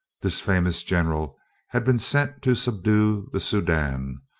this famous general had been sent to subdue the soudan,